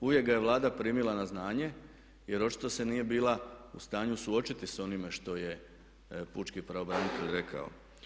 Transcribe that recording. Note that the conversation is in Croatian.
Uvijek ga je Vlada primila na znanje, jer očito se nije bila u stanju suočiti sa onime što je pučki pravobranitelj rekao.